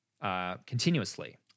Continuously